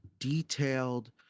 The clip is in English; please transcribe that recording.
detailed